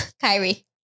Kyrie